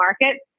market